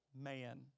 man